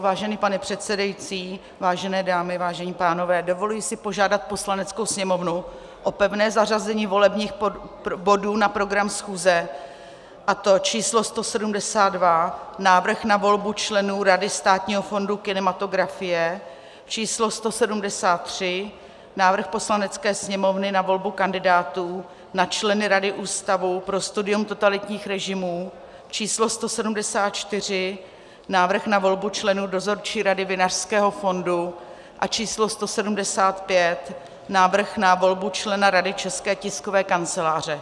Vážený pane předsedající, vážené dámy, vážení pánové, dovoluji si požádat Poslaneckou sněmovnu o pevné zařazení volebních bodů na program schůze, a to číslo 172 Návrh na volbu členů Rady Státního fondu kinematografie, číslo 173 Návrh Poslanecké sněmovny na volbu kandidátů na členy Rady Ústavu pro studium totalitních režimů, číslo 174 Návrh na volbu členů Dozorčí rady Vinařského fondu, a číslo 175 Návrh na volbu člena Rady České tiskové kanceláře.